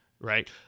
right